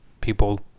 people